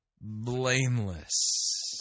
blameless